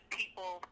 people